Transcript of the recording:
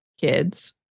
kids